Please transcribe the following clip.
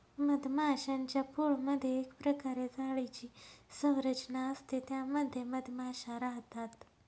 मधमाश्यांच्या पोळमधे एक प्रकारे जाळीची संरचना असते त्या मध्ये मधमाशा राहतात